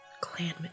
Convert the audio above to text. Clan